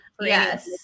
Yes